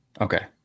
Okay